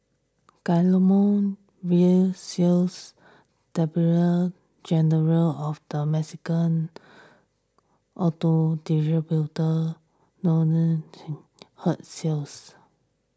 Guillermo Rosales general of the Mexican auto distributors notion hurt sales